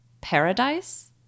Paradise